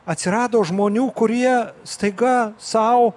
atsirado žmonių kurie staiga sau